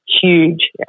Huge